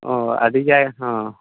ᱚ ᱟᱹᱰᱤ ᱡᱟᱭ ᱦᱚᱸ